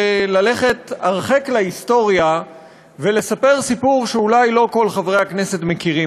ללכת הרחק להיסטוריה ולספר סיפור שאולי לא כל חברי הכנסת מכירים.